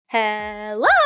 Hello